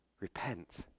repent